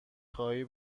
خواهی